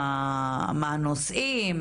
מה הנושאים,